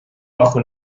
bajo